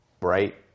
right